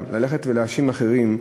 ללכת ולהאשים אחרים,